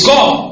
God